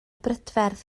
brydferth